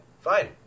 Fine